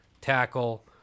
tackle